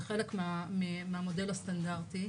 זה חלק מהמודל הסטנדרטי.